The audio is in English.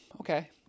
okay